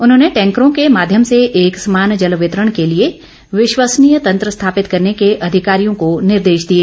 उन्होंने टैंकरों के माध्यम से एक समान जल वितरण के लिए विश्वसनीय तंत्र स्थापित करने के अधिकारियों को निर्देश दिए